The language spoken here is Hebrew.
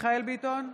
מיכאל מרדכי ביטון,